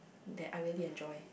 that I really enjoy